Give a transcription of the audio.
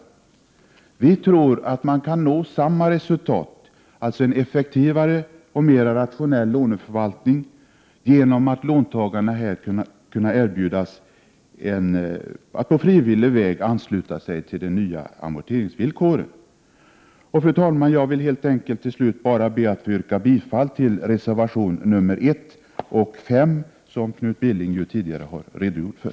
RNE Vi i folkpartiet tror att man karl nå samma resultat — en effektivare och villkor för vissa statliga bostadslån m.m. mera rationell låneförvaltning — genom att låntagarna erbjuds att på frivillig väg ansluta sig till de nya amorteringsvillkoren. Fru talman! Jag ber att få yrka bifall till reservation 1 och även till reservation 5, som Knut Billing tidigare har redogjort för.